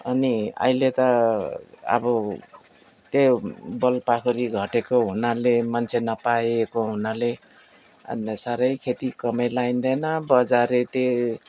अनि अहिले त अब त्यही बल पाखुरी घटेको हुनाले मान्छे नपाइएको हुनाले अन्त साह्रै खेती कमाइ लगाइन्दैन बजारे त्यही